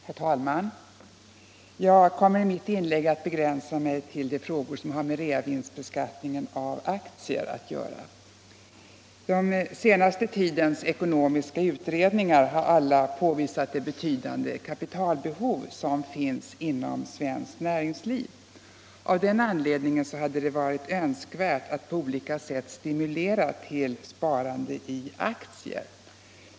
Herr talman! Jag kommer i mitt inlägg att begränsa mig till de frågor som har med reavinstbeskattningen av aktier att göra. Den senaste tidens ekonomiska utredningar har alla påvisat det betydande kapitalbehov som finns inom svenskt näringsliv. Av den anledningen hade det varit önskvärt att på olika sätt stimulera till sparande i aktier.